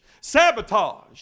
sabotage